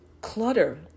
clutter